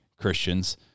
Christians